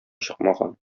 чыкмаган